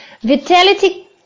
Vitality